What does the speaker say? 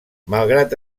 malgrat